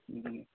बिदिनो